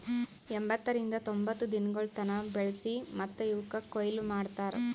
ಎಂಬತ್ತರಿಂದ ತೊಂಬತ್ತು ದಿನಗೊಳ್ ತನ ಬೆಳಸಿ ಮತ್ತ ಇವುಕ್ ಕೊಯ್ಲಿ ಮಾಡ್ತಾರ್